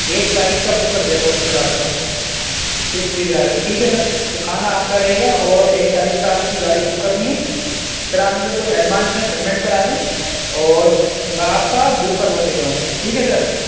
ایک تاریخ کا بک کر دیتا ہوں میں سر آپ کا سوئفٹ ڈیزائر ہے ٹھیک ہے سر تو کھانا آپ کا رہے گا اور ایک تاریخ کا آپ کی گاڑی بک کرنی ہے سر آپ مجھے کوئی ایڈوانس میں پیمنٹ کرا دیں اور میں آپ کا بک کروا دیتا ہوں ٹھیک ہے سر